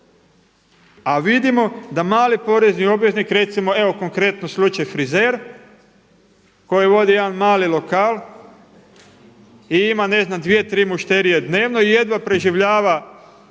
a vidimo da mali porezni obveznik recimo evo konkretno slučaj frizer koji vodi jedan mali lokal i ima ne znam dvije, tri mušterije dnevno jedva preživljava